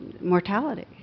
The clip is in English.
mortality